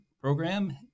program